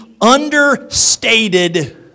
understated